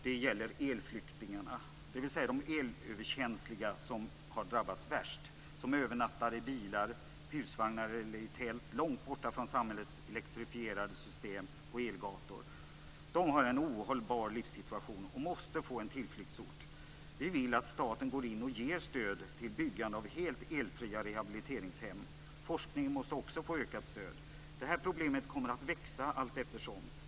Det gäller elflyktingarna, dvs. de elöverkänsliga som har drabbats värst, de som övernattar i bilar, husvagnar eller tält långt borta från samhällets elektrifierade system och elgator. De har en ohållbar livssituation och måste få en tillflyktsort. Vi vill att staten går in och ger stöd till byggande av helt elfria rehabiliteringshem. Forskningen måste också få ökat stöd. Det här problemet kommer att växa allteftersom.